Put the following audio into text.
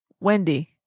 Wendy